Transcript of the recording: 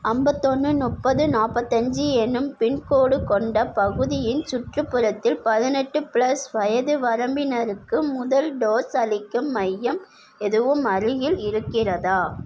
அம்பத்தொன்று முப்பது நாற்பத்தஞ்சு எனும் பின்கோடு கொண்ட பகுதியின் சுற்றுப்புறத்தில் பதினெட்டு ப்ளஸ் வயது வரம்பினருக்கு முதல் டோஸ் அளிக்கும் மையம் எதுவும் அருகில் இருக்கிறதா